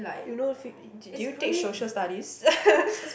you know did did you take Social-Studies